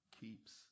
keeps